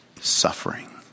suffering